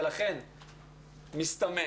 ולכן מסתמן